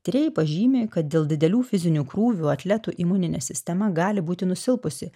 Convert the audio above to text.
tyrėjai pažymi kad dėl didelių fizinių krūvių atletų imuninė sistema gali būti nusilpusi